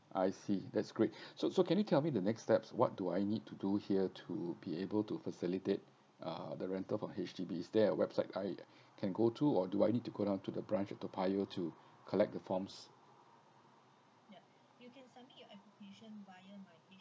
I see that's great so so can you tell me the next steps what do I need to do here to be able to facilitate uh the rental from H_D_B is there website I can go to or do I need to go down to the branch at toa payoh to collect the forms